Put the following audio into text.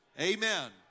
Amen